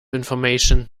information